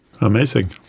amazing